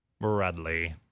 Bradley